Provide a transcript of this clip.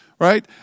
right